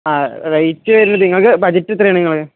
ആ റേറ്റ് വരുന്നത് നിങ്ങള്ക്ക് ബഡ്ജറ്റ് എത്രയാണ് നിങ്ങളുടെ